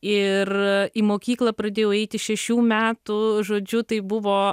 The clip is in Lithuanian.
ir į mokyklą pradėjau eiti šešių metų žodžiu tai buvo